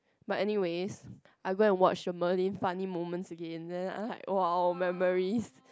but anyways I go and watch the Merlin funny moments again then I like !wow! memories